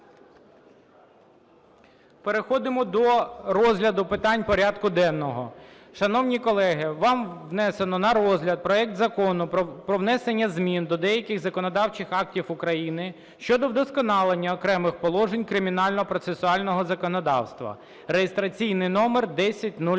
Переходимо до розгляду питань порядку денного. Шановні колеги, вам внесено на розгляд проект Закону про внесення змін до деяких законодавчих актів України щодо вдосконалення окремих положень кримінального процесуального законодавства (реєстраційний номер 1009).